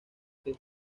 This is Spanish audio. que